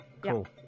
cool